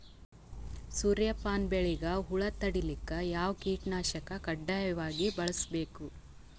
ಸೂರ್ಯಪಾನ ಬೆಳಿಗ ಹುಳ ತಡಿಲಿಕ ಯಾವ ಕೀಟನಾಶಕ ಕಡ್ಡಾಯವಾಗಿ ಬಳಸಬೇಕು?